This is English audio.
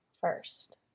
first